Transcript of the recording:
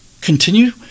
continue